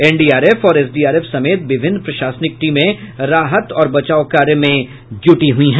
NDRF और SDRF समेत विभिन्न प्रशासनिक टीमें राहत और बचाव कार्य में जुटी हैं